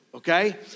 Okay